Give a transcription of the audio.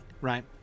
right